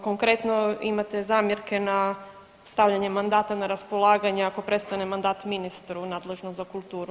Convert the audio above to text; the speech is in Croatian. Konkretno imate zamjerke na stavljanje mandata na raspolaganje ako prestane mandat ministru nadležnom za kulturu.